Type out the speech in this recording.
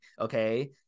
okay